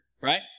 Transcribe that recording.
right